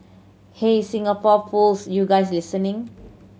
hey Singapore Pools you guys listening